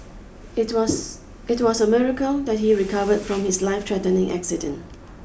it was it was a miracle that he recovered from his lifethreatening accident